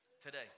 today